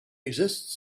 exists